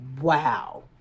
Wow